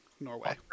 Norway